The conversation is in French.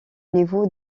niveau